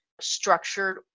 structured